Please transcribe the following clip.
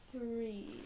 three